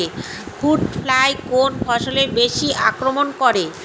Fruit fly কোন ফসলে বেশি আক্রমন করে?